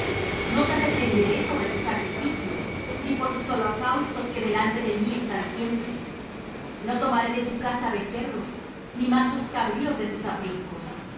no te reprenderé sobre tus sacrificios ni por tus holocaustos que delante de mí están siempre no tomaré de tu casa becerros ni machos cabríos de tus apriscos